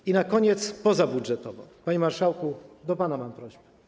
I na koniec - pozabudżetowo - panie marszałku, do pana mam prośbę.